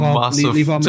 massive